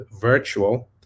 virtual